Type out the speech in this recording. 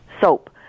soap